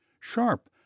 sharp